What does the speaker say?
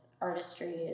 artistry